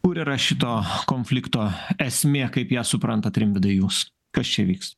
kur yra šito konflikto esmė kaip ją suprantat rimvydai jūs kas čia vyks